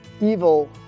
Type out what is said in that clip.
evil